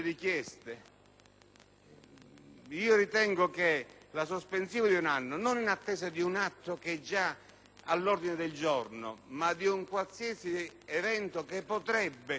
Ritengo che la sospensione di un anno in attesa non di un atto che è già all'ordine del giorno, ma di un qualsiasi evento che potrebbe forse accadere